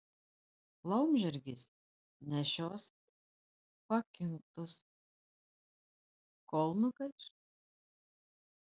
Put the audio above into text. laumžirgis nešios pakinktus kol nugaiš